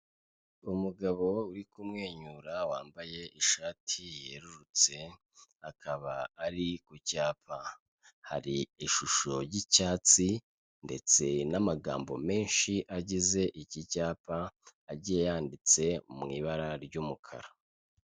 Umugabo uri kumwenyura, wambaye ishati yerurutse akaba ari ku cyapa, hari ishusho y'icyatsi ndetse n'amagambo menshi agize iki cyapa, agiye yanditse mu ibara ry'umukara.